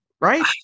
right